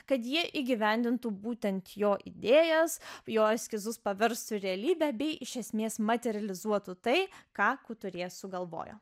kad jie įgyvendintų būtent jo idėjas jo eskizus paverstų realybe bei iš esmės materializuotų tai ką kuturjė sugalvojo